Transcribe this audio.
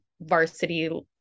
varsity